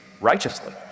righteously